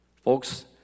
Folks